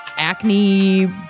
acne